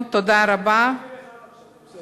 תודה רבה לסגן השר.